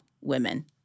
women